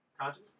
Conscious